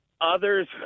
Others